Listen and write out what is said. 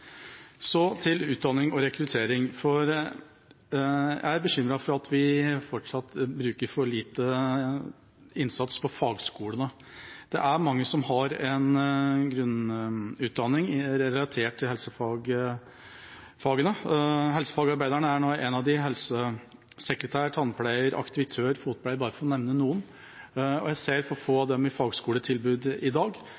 Så til utdanning og rekruttering, for jeg er bekymret for at vi fortsatt satser for lite på fagskolene. Det er mange som har en grunnutdanning relatert til helsefagene. Helsefagarbeiderne er nå helsesekretærer, tannpleiere, aktivitører, fotpleiere, bare for å nevne noe. Jeg ser for få av dem i fagskoletilbudet i dag.